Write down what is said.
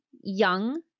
young